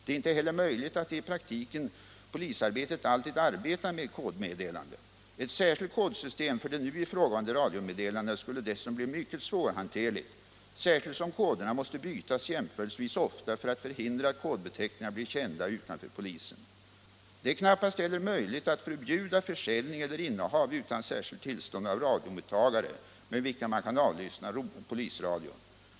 Det är inte heller möjligt att i det praktiska polisarbetet alltid arbeta med kodmeddelanden. Ett särskilt kodsystem för de nu ifrågavarande radiomeddelandena skulle dessutom bli mycket svårhanterligt särskilt som koderna måste bytas jämförelsevis ofta för att förhindra att kodbeteckningarna blir kända utanför polisen. Det är knappast heller möjligt att förbjuda försäljning eller innehav utan särskilt tillstånd av radiomottagare med vilka man kan avlyssna polisradion.